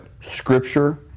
Scripture